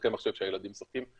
במשחקי המחשב שהילדים משחקים,